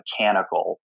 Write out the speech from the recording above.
mechanical